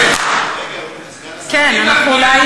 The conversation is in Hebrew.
אני מקווה,